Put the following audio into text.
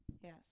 Yes